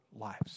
lives